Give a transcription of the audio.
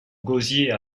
gosier